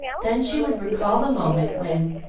then she would recall the moment when,